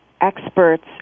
experts